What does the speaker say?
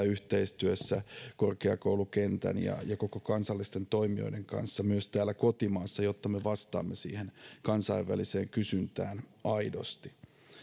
yhteistyössä korkeakoulukentän ja ja kansallisten toimijoiden kanssa myös täällä kotimaassa jotta me vastaamme siihen kansainväliseen kysyntään aidosti